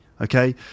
Okay